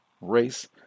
race